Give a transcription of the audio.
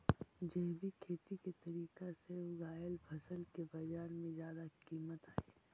जैविक खेती के तरीका से उगाएल फसल के बाजार में जादा कीमत हई